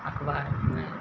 अखबारमे